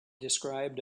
described